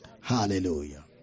Hallelujah